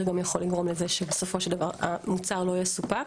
באמת יכול גם לגרום לזה שהמוצר לא יסופק.